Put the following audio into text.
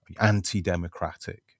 anti-democratic